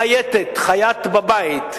חייטת בבית,